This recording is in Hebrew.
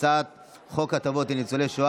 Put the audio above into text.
מטעם סיעת ישראל